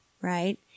Right